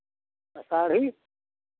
Ashadhi